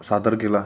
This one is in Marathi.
सादर केला